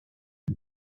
the